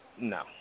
No